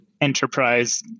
enterprise